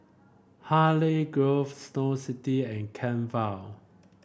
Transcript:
Hartley Grove Snow City and Kent Vale